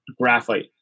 graphite